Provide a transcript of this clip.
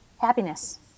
Happiness